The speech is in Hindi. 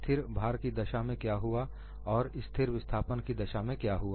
स्थिर भार की दशा में क्या हुआ और स्थिर विस्थापन की दशा में क्या हुआ